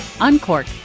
uncork